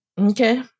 Okay